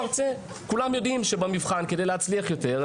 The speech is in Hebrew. כולם יודעים שבמבחן אצל אותו מרצה כדי להצליח יותר,